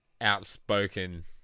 outspoken